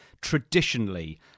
traditionally